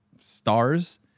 stars